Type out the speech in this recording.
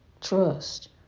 Trust